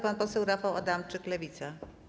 Pan poseł Rafał Adamczyk, Lewica.